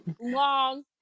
long